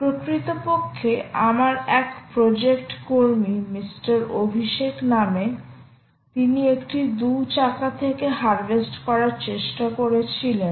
প্রকৃতপক্ষে আমার এক প্রজেক্ট কর্মী মিস্টার অভিষেক নামে তিনি একটি 2 চাকা থেকে হারভেস্ট করার চেষ্টা করেছিলেন